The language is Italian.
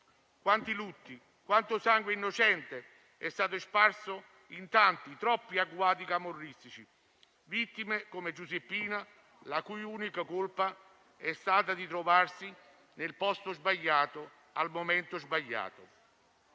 Quanti lutti, quanto sangue innocente è stato sparso in tanti, troppi agguati camorristici. Vittime come Giuseppina, la cui unica colpa è stata quella di trovarsi nel posto sbagliato al momento sbagliato.